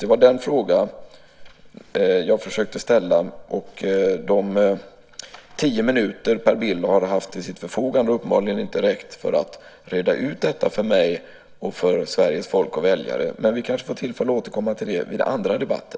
Det var den frågan jag försökte ställa. De tio minuter Per Bill har haft till sitt förfogande har uppenbarligen inte räckt för att reda ut detta för mig och för Sveriges folk och väljare. Men vi kanske får tillfälle att återkomma till det vid andra debatter.